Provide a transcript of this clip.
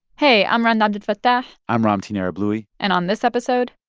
hey, i'm rund abdelfatah i'm ramtin arablouei and on this episode.